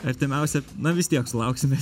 artimiausią na vis tiek sulauksime